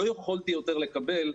לא יכולתי יותר לקבל.